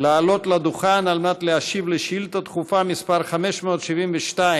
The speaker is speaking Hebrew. לעלות לדוכן על מנת להשיב על שאילתה דחופה מס' 572,